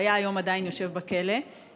הוא עדיין היה יושב בכלא היום.